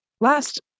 last